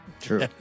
True